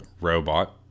robot